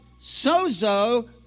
sozo